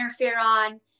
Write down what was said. interferon